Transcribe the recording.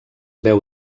veu